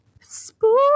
Spooky